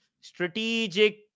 Strategic